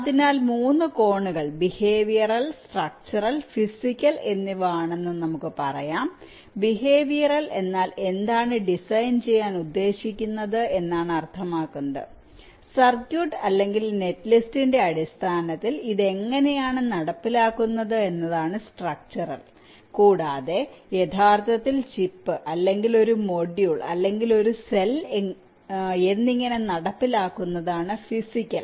അതിനാൽ 3 കോണുകൾ behavioural structural physical എന്നിവ ആണെന്ന് നമുക്ക് പറയാം ബിഹേവിയറൽ എന്നാൽ എന്താണ് ഡിസൈൻ ചെയ്യാൻ ഉദ്ദേശിക്കുന്നത് എന്നാണ് അർത്ഥമാക്കുന്നത് സർക്യൂട്ട് അല്ലെങ്കിൽ നെറ്റ് ലിസ്റ്റിന്റെ അടിസ്ഥാനത്തിൽ ഇത് എങ്ങനെയാണ് നടപ്പിലാക്കുന്നത് എന്നത് സ്ട്രക്ച്ചറൽ കൂടാതെ യഥാർത്ഥത്തിൽ ചിപ്പ് അല്ലെങ്കിൽ ഒരു മൊഡ്യൂൾ അല്ലെങ്കിൽ ഒരു സെൽ എന്നിങ്ങനെ നടപ്പിലാക്കുന്നതാണ് ഫിസിക്കൽ